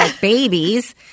babies